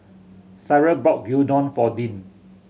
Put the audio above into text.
Cyril bought Gyudon for Dean